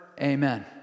Amen